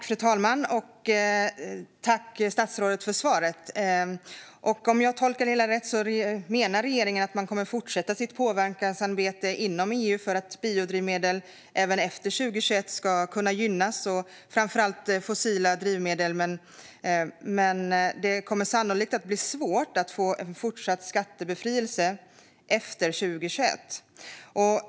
Fru talman! Tack, statsrådet, för svaret! Om jag tolkar det hela rätt menar regeringen att man kommer att fortsätta sitt påverkansarbete inom EU för att biodrivmedel, även efter 2021, ska kunna gynnas framför fossila drivmedel. Men det kommer sannolikt att bli svårt att få en fortsatt skattebefrielse efter 2021.